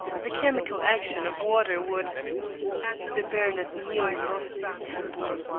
the chemical action of water would the baronet nearly lost his temper.